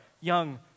young